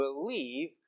believe